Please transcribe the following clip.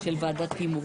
ומאחר